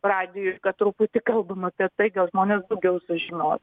radijui kad truputį kalbam apie tai gal žmonės daugiau sužinos